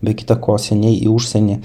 be kita ko seniai į užsienį